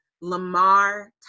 Lamar